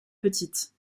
petite